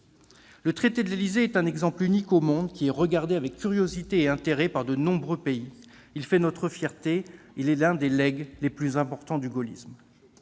Le traité de l'Élysée est un exemple unique au monde regardé avec curiosité et intérêt par de nombreux pays. Il fait notre fierté. Il est l'un des legs les plus importants du gaullisme.